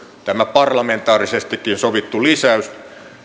tämä parlamentaarisestikin sovittu lisäys